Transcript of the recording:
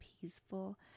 peaceful